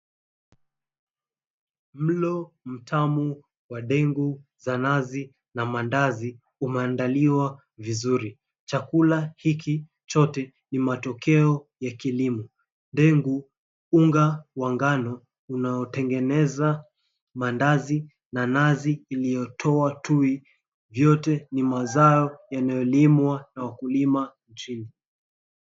Mlo mtamu wa ndengu za nazi na mandazi umeandaliwa vizuri. Chakula hiki chote ni matokeo ya kilimo. Ndengu, unga wa ngano unaotengeneza mandazi na nazi iliyotoa tui yote ni mazao inayolimwa na wakulima chini.